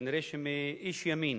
כנראה מאיש ימין.